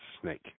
snake